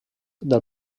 del